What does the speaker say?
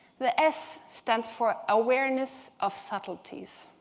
the s stands for awareness of subtleties.